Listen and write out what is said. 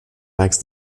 max